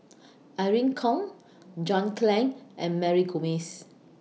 Irene Khong John Clang and Mary Gomes